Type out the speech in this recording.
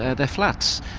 ah they're flats.